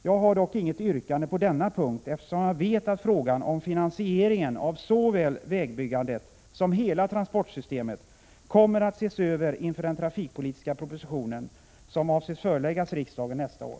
Jag har dock inget yrkande på denna punkt, eftersom jag vet att frågan om finansieringen av såväl vägbyggandet som hela transportsystemet kommer att ses över inför den trafikpolitiska propositionen, som avses föreläggas riksdagen nästa år.